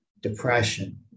depression